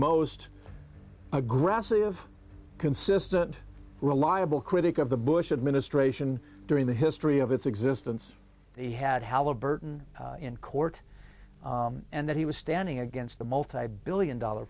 most aggressive consistent reliable critic of the bush administration during the history of its existence he had how the burden in court and that he was standing against the multibillion dollar